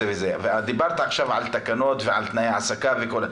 דיברת עכשיו על תקנות ותנאי העסקה וכולי.